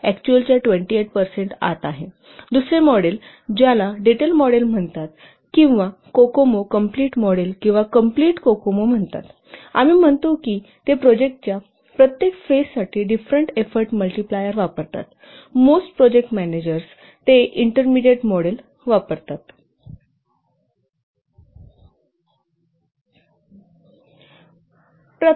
दुसरे मॉडेल ज्याला detail model म्हणतात किंवा कोकोमो कंप्लिट मॉडेल किंवा कंप्लिट कोकोमो म्हणतात आम्ही म्हणतो की ते प्रोजेक्टच्या प्रत्येक फेजसाठी डिफरेंट एफोर्ट मल्टीप्लायर वापरतात मोस्ट प्रोजेक्ट मॅनेजर ते इंटरमीडिएट मॉडेल वापरतात